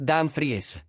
Danfries